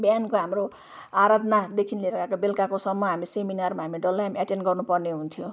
बिहानको हाम्रो आराधनादेखिन् लिएर बेलुकाको समय हामी सेमिनारमा हामी डल्लै एटेन्ड गर्नुपर्ने हुन्थ्यो